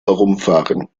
herumfahren